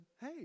hey